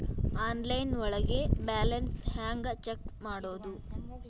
Online ಒಳಗೆ balance ಹ್ಯಾಂಗ check ಮಾಡೋದು?